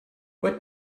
what